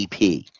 EP